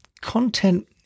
content